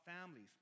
families